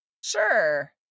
Sure